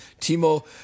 Timo